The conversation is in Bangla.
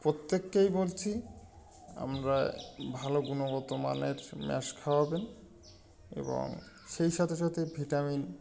প্রত্যেককেই বলছি আমরা ভালো গুণগত মানের ম্যাশ খাওয়াবেন এবং সেই সাথে সাথে ভিটামিন